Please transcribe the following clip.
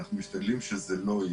אנחנו משתדלים שזה לא יהיה.